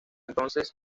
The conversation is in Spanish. entonces